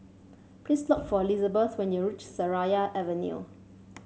please look for Lizabeth when you reach Seraya Avenue